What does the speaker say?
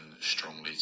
strongly